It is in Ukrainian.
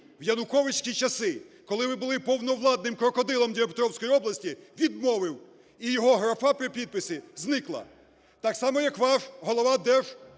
в януковицькі часи, коли ви були "повновладним крокодилом" Дніпропетровської області, відмовив, і його графа при підписі зникла. Так само, як ваш голова Держкомзему